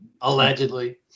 Allegedly